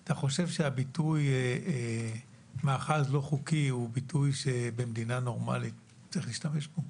אתה חושב שמאחזר לא חוקי הוא ביטוי שבמדינה נורמלית צריך להשתמש בו?